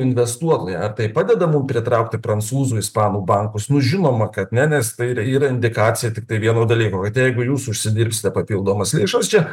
investuotoją ar tai padeda mum pritraukti prancūzų ispanų bankus nu žinoma kad ne nes tai yra indikacija tiktai vieno dalyko kad jeigu jūs užsidirbsite papildomas lėšas čia